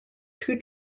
two